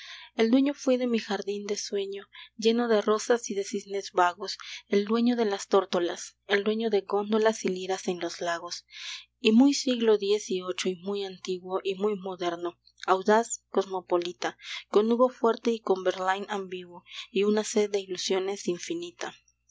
el dueño fuí de mi jardín de sueño lleno de rosas y de cisnes vagos el dueño de las tórtolas el dueño de góndolas y liras en los lagos y muy siglo diez y ocho y muy antiguo y muy moderno audaz cosmopolita con hugo fuerte y con verlaine ambiguo y una sed de ilusiones infinita